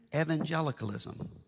evangelicalism